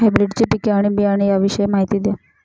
हायब्रिडची पिके आणि बियाणे याविषयी माहिती द्या